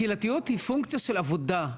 קהילתיות היא פונקציה של עבודה.